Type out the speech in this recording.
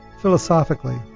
philosophically